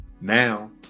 Now